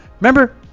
remember